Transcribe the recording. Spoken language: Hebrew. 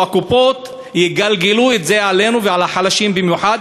והקופות יגלגלו את זה עלינו ועל החלשים במיוחד,